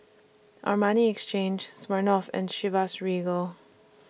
Armani Exchange Smirnoff and Chivas Regal